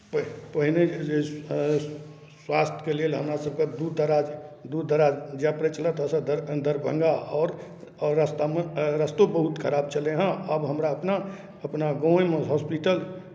प् पहिने जे स्वास्थ्यके लेल हमरासभके दूर दराज दूर दराज जाय पड़ै छलै एतयसँ दर दरभंगा आओर आओर रास्तामे रस्तो बहुत खराब छलै हेँ आब हमरा अपना अपना गाँवएमे हॉस्पिटल